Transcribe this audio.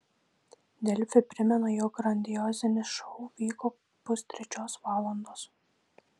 delfi primena jog grandiozinis šou vyko pustrečios valandos